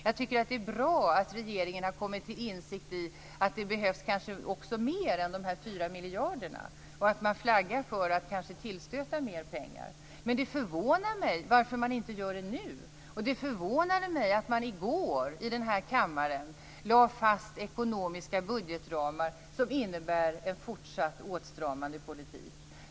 Jag tycker att det är bra att regeringen har kommit till insikt om att det behövs mer än de 4 miljarderna och att man flaggar för att kanske tillskjuta mer pengar. Men det förvånar mig att man inte gör det nu. Det förvånade mig att man i går i denna kammare lade fast ekonomiska budgetramar som innebär en fortsatt åtstramande politik.